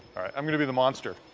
i'm going to be the monster.